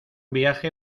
viaje